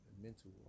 mental